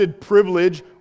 privilege